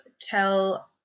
tell